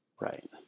Right